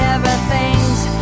Everything's